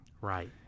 Right